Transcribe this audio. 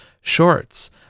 shorts